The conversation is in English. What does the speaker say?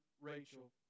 Rachel